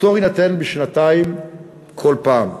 הפטור יינתן לשנתיים כל פעם.